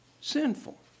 sinful